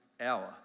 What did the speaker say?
hour